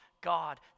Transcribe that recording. God